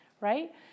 right